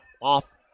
off